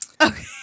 Okay